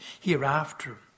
hereafter